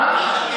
מה?